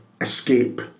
escape